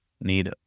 need